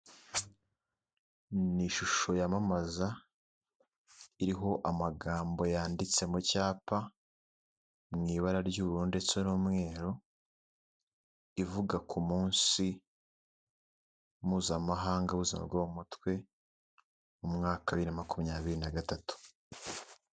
Ni ishusho yamamaza iriho amagambo yanditse mu cyapa mu ibara ry'ubururu ndetse n'umweru, ivuga ku munsi mpuzamahanga w'ubuzima bwo mu mutwe mu mwaka wa bibiri na makumyabiri na gatatu.